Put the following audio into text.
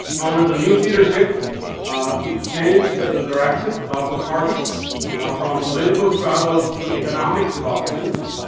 under the new leadership he changed the direction of the party from political struggles to economic development.